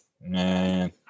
Man